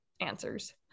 answers